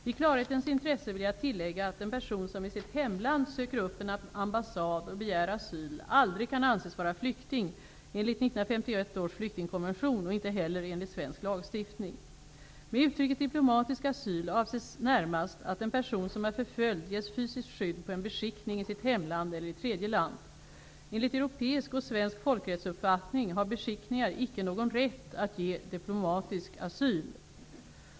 I klarhetens intresse vill jag tillägga att en person som i sitt hemland söker upp en ambassad och begär asyl aldrig kan anses vara flykting enligt 1951 års flyktingkonvention och inte heller enligt svensk lagstiftning. Med uttrycket diplomatisk asyl avses närmast att en person som är förföljd ges fysiskt skydd på en beskickning i sitt hemland eller i tredje land. Enligt europeisk -- och svensk -- folkrättsuppfattning har beskickningar inte någon rätt att ge diplomatisk asyl.